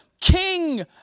king